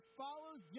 follows